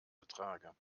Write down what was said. ertrage